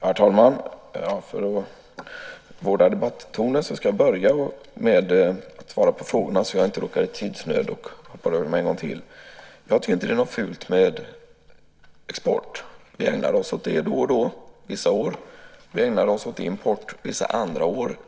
Herr talman! För att vårda debattonen ska jag börja med att svara på frågorna, så att jag inte råkar i tidsnöd och hoppar över dem en gång till. Jag tycker inte att det är något fult med export. Vi ägnar oss åt det då och då, vissa år. Vi ägnar oss åt import vissa andra år.